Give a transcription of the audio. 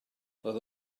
roedd